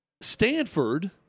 Stanford